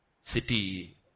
city